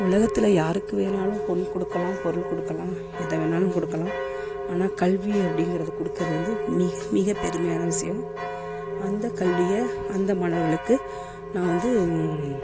உலகத்தில் யாருக்கு வேணுணாலும் பொன் கொடுக்கலாம் பொருள் கொடுக்கலாம் எதை வேணுணாலும் கொடுக்கலாம் ஆனால் கல்வி அப்படிங்கறத கொடுக்குறது வந்து மிக மிக பெருமையான விஷயம் அந்த கல்வியை அந்த மாணவர்களுக்கு நான் வந்து